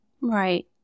Right